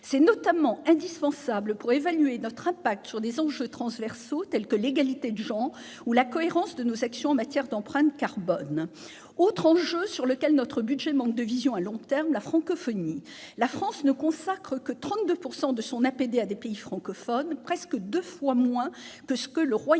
C'est notamment indispensable pour évaluer notre impact sur des enjeux transversaux tels que l'égalité de genre ou la cohérence de nos actions en matière d'empreinte carbone. Autre enjeu sur lequel notre budget manque de vision à long terme : la francophonie. La France ne consacre que 32 % de son APD à des pays francophones- presque deux fois moins que ce que le Royaume-Uni